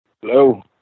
Hello